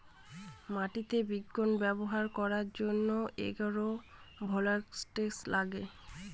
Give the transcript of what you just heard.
মাটিতে বিজ্ঞান ব্যবহার করার জন্য এগ্রো ভোল্টাইক লাগে